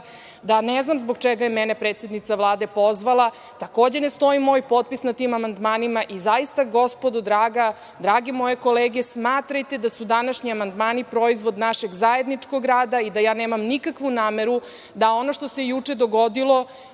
da ne znam zbog čega je mene predsednica Vlade pozvala, takođe ne stoji moj potpis na tim amandmanima. Zaista, gospodo draga, drage moje kolege, smatrajte da su današnji amandmani proizvod našeg zajedničkog rada i da ja nemam nikakvu nameru da ono što se juče dogodilo